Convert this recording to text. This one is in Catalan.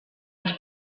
els